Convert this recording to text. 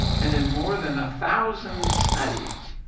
and in more than a thousand studies,